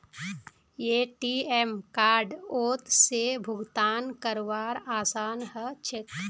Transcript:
ATM कार्डओत से भुगतान करवार आसान ह छेक